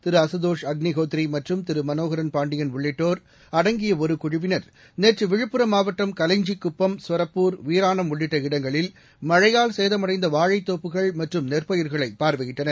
திரு அசுதோஷ் அக்ளிஹோத்ரி மற்றும் திரு மனோகரன் பாண்டியன் உள்ளிட்டோர் அடங்கிய ஒரு குழுவினர் நேற்று விழுப்புரம் மாவட்டம் கலைஞ்சி குப்பம் சொரப்பூர் வீராணம் உள்ளிட்ட இடங்களில் மழையால் சேதமடைந்த வாழைத்தோப்புகள் மற்றும் நெற்பயிர்களை பார்வையிட்டனர்